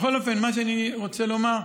בכל אופן, מה שאני רוצה לומר,